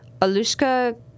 Alushka